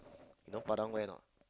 you know Padang where not